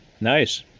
Nice